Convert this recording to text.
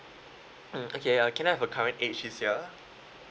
mm okay uh can I have your current age this year